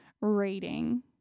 rating